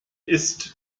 ist